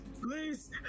Please